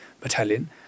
battalion